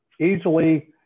easily